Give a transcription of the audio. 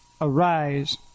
Arise